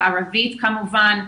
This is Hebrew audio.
בערבית כמובן,